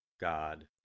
God